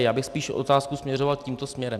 Já bych spíš otázku směřoval tímto směrem.